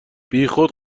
بیخود